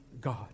God